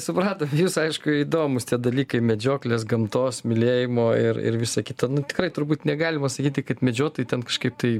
supratom jūsų aišku įdomūs tie dalykai medžioklės gamtos mylėjimo ir ir visa kita nu tikrai turbūt negalima sakyti kad medžiotojai ten kažkaip tai